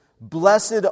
Blessed